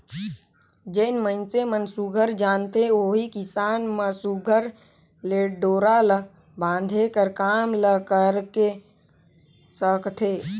जेन मइनसे मन सुग्घर जानथे ओही किसान मन सुघर ले डोरा ल बांधे कर काम ल करे सकथे